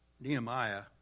Nehemiah